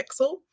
Pixel